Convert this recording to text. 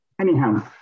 Anyhow